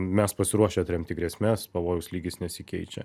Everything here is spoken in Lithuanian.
mes pasiruošę atremti grėsmes pavojaus lygis nesikeičia